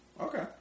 Okay